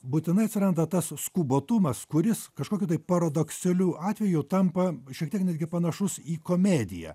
būtinai atsiranda tas skubotumas kuris kažkokiu tai paradoksaliu atveju tampa šiek tiek netgi panašus į komediją